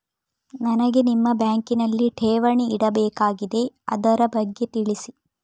ನನಗೆ ನಿಮ್ಮ ಬ್ಯಾಂಕಿನಲ್ಲಿ ಠೇವಣಿ ಇಡಬೇಕಾಗಿದೆ, ಅದರ ಬಗ್ಗೆ ತಿಳಿಸಿ